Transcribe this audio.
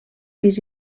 pis